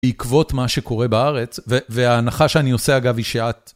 בעקבות מה שקורה בארץ, ו... וההנחה שאני עושה, אגב, היא שאת...